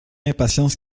impatience